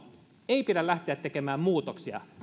ei pidä lähteä tekemään muutoksia